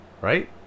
right